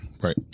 Right